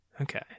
Okay